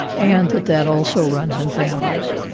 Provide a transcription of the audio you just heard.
and that that also runs in families.